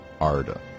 Arda